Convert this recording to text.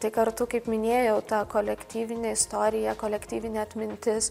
tai kartu kaip minėjau ta kolektyvinė istorija kolektyvinė atmintis